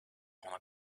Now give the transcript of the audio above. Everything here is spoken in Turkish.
ona